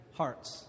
hearts